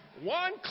One